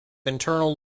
internal